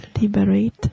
liberate